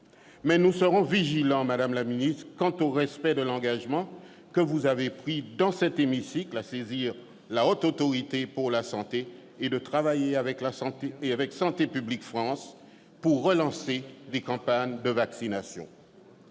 nous serons vigilants, madame la ministre, quant au respect de l'engagement que vous avez pris dans cet hémicycle de saisir la Haute Autorité de santé et de travailler avec Santé publique France pour relancer des campagnes de vaccination.